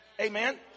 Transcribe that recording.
Amen